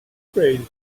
afraid